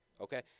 okay